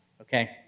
okay